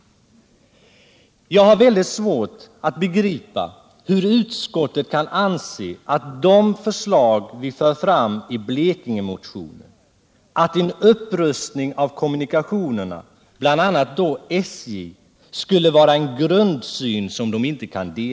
Jag har väldigt svårt att begripa hur utskottet kan anse att det förslag vi för fram i Blekingemotionen om en upprustning av kommunikationerna — bl.a. då av SJ — skulle ha en grundsyn som utskottet inte kan dela.